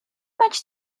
much